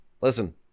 Listen